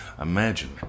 imagine